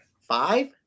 five